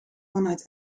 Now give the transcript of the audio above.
vanuit